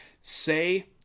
Say